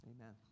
amen